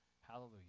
Hallelujah